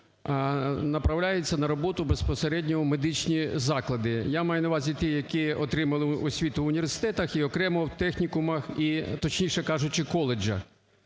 направляється на роботу безпосередньо в медичні заклади? Я маю на увазі ті, які отримали освіту в університетах і окремо в технікумах, точніше кажучи, в коледжах.